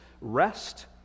rest